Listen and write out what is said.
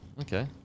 Okay